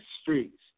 streets